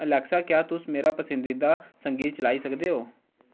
Alexa क्या तुस मेरा पसंदीदा संगीत चलाई सकदे ओ